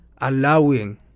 allowing